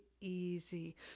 easy